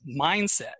mindset